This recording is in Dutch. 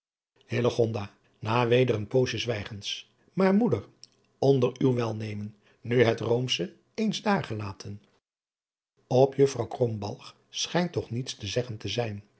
weder een poosje zwijgens maar moeder onder uw welnemen nu het roomsche eens daar gelaten op juffr krombalg schijnt toch niets te zeggen te zijn